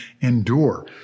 endure